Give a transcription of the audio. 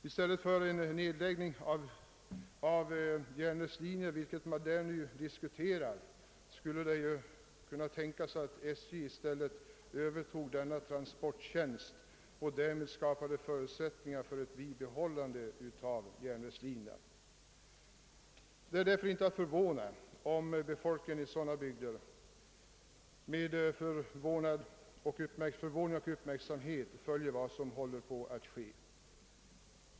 I stället för en nedläggning av järnvägslinjer, vilket man nu diskuterar, skulle det kunna tänkas att SJ i stället övertog denna transporttjänst och därmed skapade förutsättningar för ett bibehållande av järnvägslinjerna. Det är därför inte att förvåna sig över om befolkningen i sådana bygder med skärpt uppmärksamhet följer vad som håller på att ske.